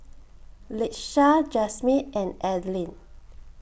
Latesha Jasmyn and Adline